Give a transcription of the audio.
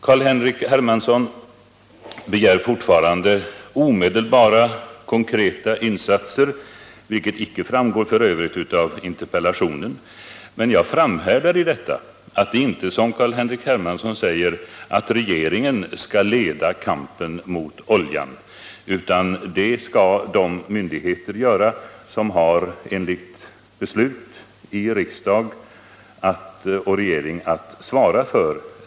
Carl-Henrik Hermansson begär fortfarande omedelbara konkreta insatser, vilket f. ö. icke framgår av interpellationen, men jag framhärdar i att det inte, som Carl-Henrik Hermansson säger, är regeringen som skall leda kampen mot oljan. Det skall de myndigheter göra som enligt beslut av riksdag och regering har att svara härför.